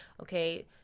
Okay